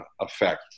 effect